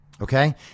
okay